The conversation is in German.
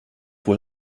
wohl